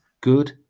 good